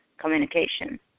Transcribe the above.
communication